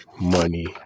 money